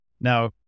Now